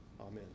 Amen